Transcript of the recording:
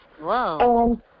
Whoa